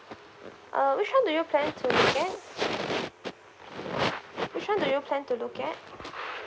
err which one do you plan to get which one do you plan to look at